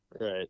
right